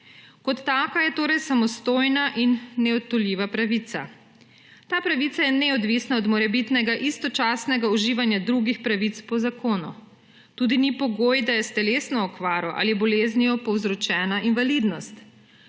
Kot taka je torej samostojna in neodtujljiva pravica. Ta pravica je neodvisna od morebitnega istočasnega uživanja drugih pravic po zakonu. Tudi ni pogoj, da je s telesno okvaro ali boleznijo povzročena invalidnost.